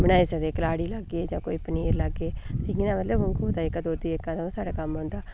मनाई सकदे कलाड़ी लाह्गे कोई पनीर लाह्गे मतलब गौ दा जेह्का दुद्ध ओह् साढ़े कम्म औंदा